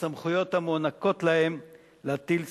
בסמכויות המוענקות להם להטיל סנקציות.